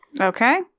Okay